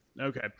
Okay